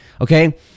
Okay